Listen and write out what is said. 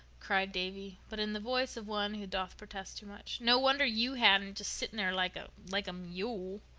cried davy, but in the voice of one who doth protest too much. no wonder you hadn't just sitting there like a like a mule.